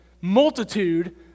multitude